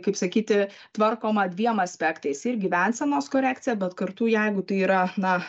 kaip sakyti tvarkoma dviem aspektais ir gyvensenos korekcija bet kartu jeigu tai yra na